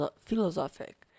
philosophic